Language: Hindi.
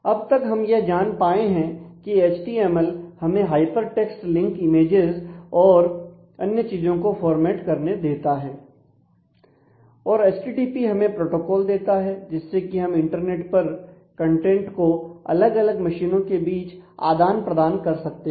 अब तक हम यह जान पाए हैं की एचटीएमएल हमें हाइपरटेक्स्ट लिंक इमेजेस और अन्य चीजों को फॉर्मेट करने देता है और एचटीटीपी हमें प्रोटोकॉल देता है जिससे कि हम इंटरनेट पर कंटेंट को अलग अलग मशीनों के बीच आदान प्रदान कर सकते हैं